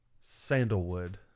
Sandalwood